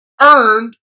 earned